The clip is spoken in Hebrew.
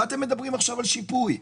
מה אתם מדברים עכשיו על שיפוי?